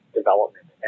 development